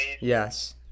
Yes